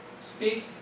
speak